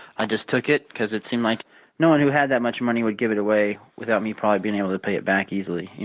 i just took it because it seemed like no one who had that much money would give it away without me being able to pay it back easily, you